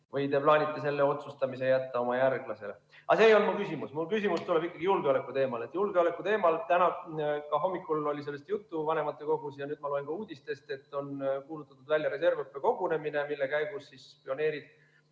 või te plaanite selle otsustamise jätta oma järglasele? Aga see ei olnud mu küsimus. Mu küsimus tuleb julgeoleku teemal. Täna hommikul oli sellest juttu vanematekogus ja nüüd ma loen ka uudistest, et on kuulutatud välja reservõppekogunemine, mille käigus pioneerid